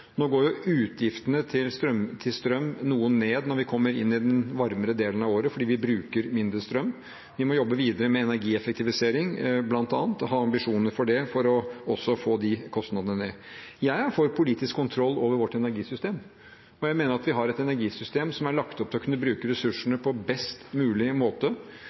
Utgiftene til strøm vil gå noe ned når vi nå går inn i den varmere delen av året, fordi vi bruker mindre strøm. Vi må jobbe videre med bl.a. energieffektivisering og ha ambisjoner for det for å få kostnadene ned også. Jeg er for politisk kontroll over vårt energisystem, og jeg mener at vi har et energisystem som er lagt opp til å kunne bruke ressursene på best mulig måte.